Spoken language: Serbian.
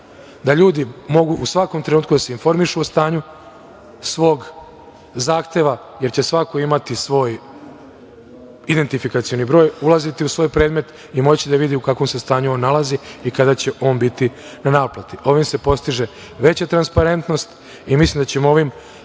da ljudi mogu u svakom trenutku da se informišu o stanju svog zahteva jer će svako imati svoj identifikacioni broj, ulaziti u svoj predmet i moći da vidi u kakvom se stanju on nalazi i kada će biti na naplati. Ovim se postiže veća transparentnost i mislim da ćemo ovim